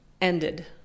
ended